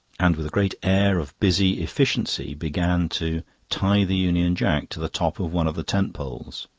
and with a great air of busy efficiency began to tie the union jack to the top of one of the tent-poles.